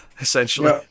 essentially